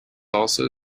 also